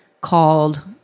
called